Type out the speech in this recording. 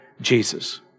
Jesus